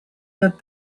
that